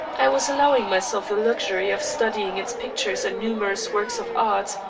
i was allowing myself the luxury of studying its pictures and numerous works of art,